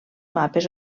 mapes